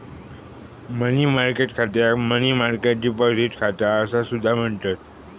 मनी market खात्याक money market deposit खाता असा सुद्धा म्हणतत